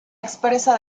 expresa